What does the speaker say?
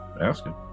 asking